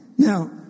Now